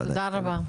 הישיבה נעולה.